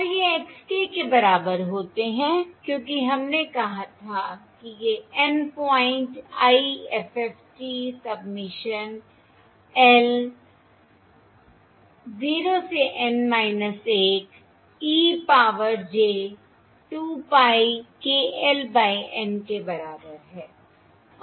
और ये x k के बराबर होते हैं क्योंकि हमने कहा था कि ये N point IFFT submission l 0 से N 1 e power j 2 pi k l by N के बराबर हैं